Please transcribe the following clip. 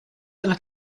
della